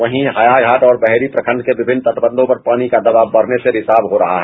वहीं हायाघाट और बहेरी प्रखंड के विभिन्न तटबंधों पर पानी का दबाव बढ़ने से रिसाव हो रहा है